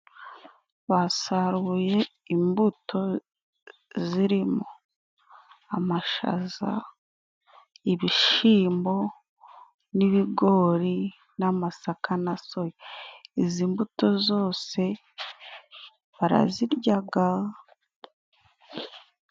Basaruruye imbuto zirimo: Amashaza, ibishimbo n'ibigori n'amasaka na soya. Izi mbuto zose baraziryaga.